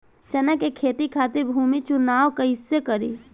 चना के खेती खातिर भूमी चुनाव कईसे करी?